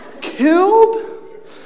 Killed